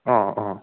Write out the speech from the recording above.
अँ अँ